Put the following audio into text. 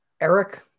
Eric